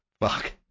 Fuck